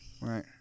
Right